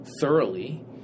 thoroughly